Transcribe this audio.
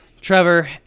Trevor